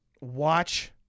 watch